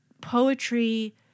Poetry